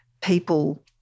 people